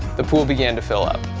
the pool began to fill up.